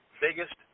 biggest